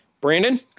Brandon